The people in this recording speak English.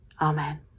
Amen